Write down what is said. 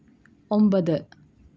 ഒമ്പത്